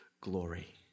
glory